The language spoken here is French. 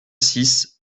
six